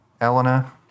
Elena